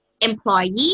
employee